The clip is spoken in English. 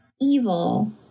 evil